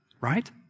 right